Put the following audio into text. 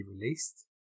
released